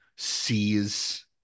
sees